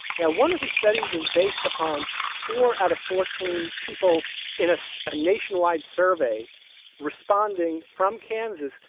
now, one of his studies was based upon four out of fourteen people in a so ah nationwide survey responding from kansas,